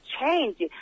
change